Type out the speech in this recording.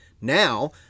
Now